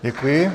Děkuji.